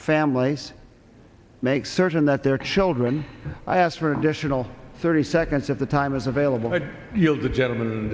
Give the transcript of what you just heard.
families make certain that their children i asked for an additional thirty seconds of the time is available to you as a gentleman